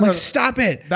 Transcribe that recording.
but stop it.